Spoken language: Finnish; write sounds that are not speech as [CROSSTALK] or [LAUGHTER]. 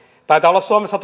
taitaa olla suomessa [UNINTELLIGIBLE]